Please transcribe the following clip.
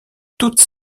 toutes